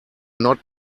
not